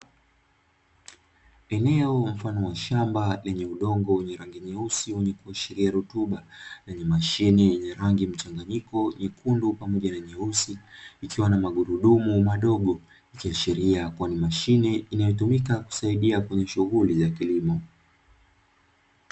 Eneo mfano wa shamba lenye udongo wenye rangi nyeusi wenye kuashiria rutuba, lenye mashine ya rangi mchanganyiko nyekundu pamoja na nyeusi, ikiwa na magurudumu madogo ikiashiria kuwa ni mashine inayosaidia kutumika kwenye shughuli za kilimo.